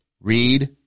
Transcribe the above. read